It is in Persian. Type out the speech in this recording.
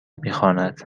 میخواند